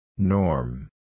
Norm